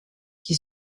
qui